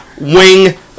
wing